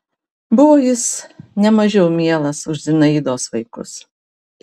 buvo jis ne mažiau mielas už zinaidos vaikus